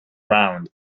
round